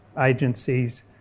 agencies